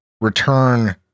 return